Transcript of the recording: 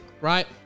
right